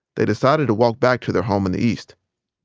they decided to walk back to their home in the east.